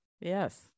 Yes